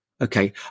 Okay